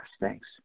Thanks